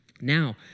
Now